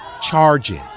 charges